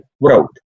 wrote